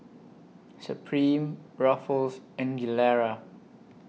Supreme Ruffles and Gilera